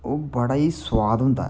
ओह् बड़ा ही स्वाद होंदा ऐ